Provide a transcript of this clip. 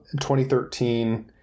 2013